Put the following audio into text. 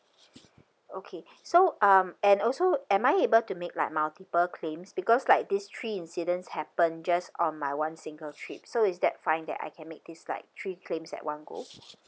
okay so um and also am I able to make like multiple claims because like these three incidents happened just on my one single trip so is that fine that I can make this like three claims at one go